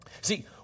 See